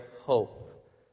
hope